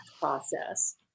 process